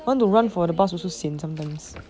want to run for the bus also sian sometimes